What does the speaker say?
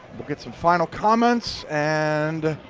will get some final comments, and